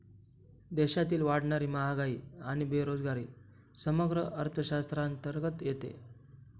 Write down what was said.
देशातील वाढणारी महागाई आणि बेरोजगारी समग्र अर्थशास्त्राअंतर्गत येते